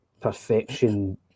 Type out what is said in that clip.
perfection